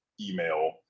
email